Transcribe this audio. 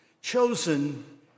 chosen